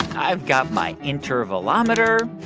i've got my intervalometer.